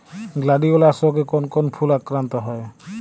Gladiolus রোগে কোন কোন ফুল আক্রান্ত হয়?